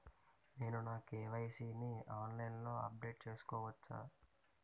నేను నా కే.వై.సీ ని ఆన్లైన్ లో అప్డేట్ చేసుకోవచ్చా?